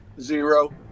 Zero